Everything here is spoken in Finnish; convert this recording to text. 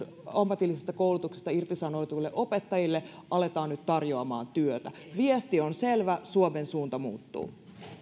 ammatillisesta koulutuksesta irtisanotuille opettajille aletaan nyt tarjoamaan työtä viesti on selvä suomen suunta muuttuu